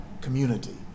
community